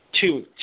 two